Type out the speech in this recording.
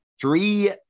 Three